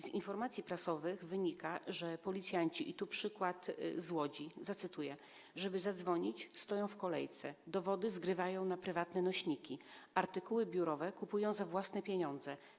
Z informacji prasowych wynika, że policjanci, i tu przykład z Łodzi, żeby zadzwonić, stoją w kolejce, dowody zgrywają na prywatne nośniki, artykuły biurowe kupują za własne pieniądze.